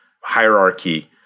hierarchy